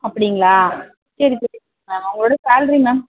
அப்படிங்களா சரி சரி உங்களோடய சேல்ரி மேம்